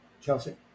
Chelsea